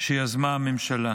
שיזמה הממשלה.